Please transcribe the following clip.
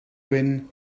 wyn